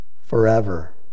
forever